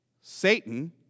Satan